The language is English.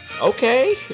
okay